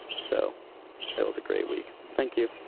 so it was a great week. thank you.